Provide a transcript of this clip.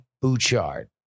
Bouchard